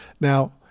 Now